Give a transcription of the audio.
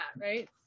right